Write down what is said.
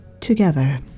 together